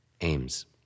aims